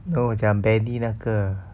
no 讲 benny 那个